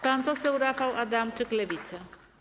Pan poseł Rafał Adamczyk, Lewica.